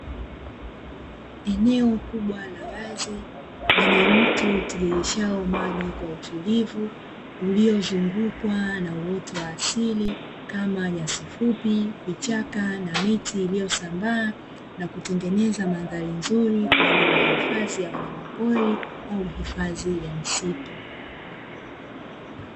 Eneo kubwa la wazi lenye mto utiririshao maji kwa utulivu uliozungukwa na uoto wa asili kama nyasi fupi, vichaka na miti iliyosambaa na kutengeneza mandhari nzuri kwa ajili ya hifadhi ya wanyamapori au hifadhi ya misitu.